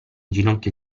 ginocchio